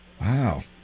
Wow